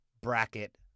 bracket